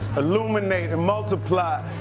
illuminate, multiply,